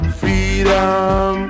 freedom